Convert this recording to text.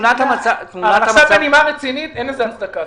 ועכשיו בנימה רצינית, אין לזה הצדקה.